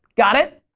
got it?